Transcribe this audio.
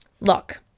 Look